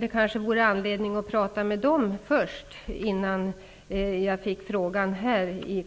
Det svaret ger mig anledning att undra om det inte hade varit bättre att prata med länsstyrelsen först, innan jag fick frågan här i